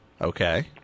Okay